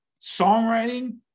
songwriting